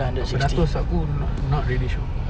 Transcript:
beberapa ratus aku not not really sure